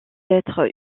être